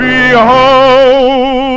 Behold